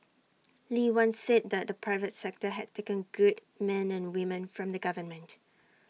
lee once said that the private sector had taken good men and women from the government